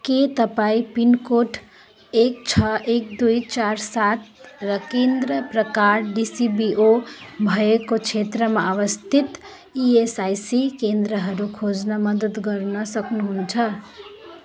के तपाईँँ pin code एक छ एक दुई चार सात र केन्द्र प्रकार डिसिबिओ भएको क्षेत्रमा अवस्थित इएसआइसी केन्द्रहरू खोज्न मद्दत गर्न सक्नु हुन्छ